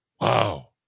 Wow